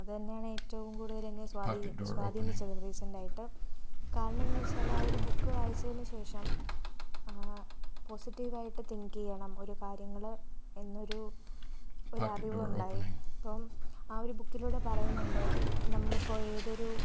അതുതന്നെയാണ് ഏറ്റവും കൂടുതൽ എന്നെ സ്വാധീനി സ്വാധീനിച്ചതും റീസെൻറ്റ് ആയിട്ട് കാരണമെന്ന് വെച്ചാൽ ആ ഒരു ബുക്ക് വായിച്ചതിന് ശേഷം പോസിറ്റീവ് ആയിട്ട് തിങ്ക് ചെയ്യണം ഓരോ കാര്യങ്ങൾ എന്നൊരു ഒരറിവുണ്ടായി അപ്പം ആ ഒരു ബുക്കിലൂടെ പറയുന്നുണ്ട് നമ്മൾ ഇപ്പോൾ ഏതൊരു